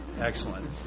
excellent